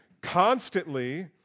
Constantly